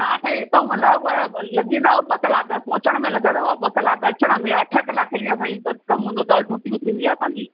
हा सांई हितां लॻभॻि लॻी वेंदव ॿ कलाक पहुंचण में लॻंदव ॿ कलाक अचनि में लगंदव अठ कलाके जी असांजी कम हूंदो अथव ड्यूटी थींदी आहे असांजी